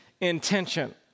intention